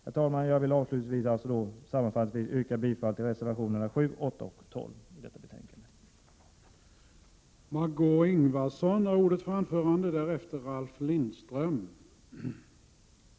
Herr talman! Jag vill sammanfattningsvis yrka bifall till reservationerna 7, 8 och 12 vid detta betänkande.